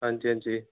हां जी हां जी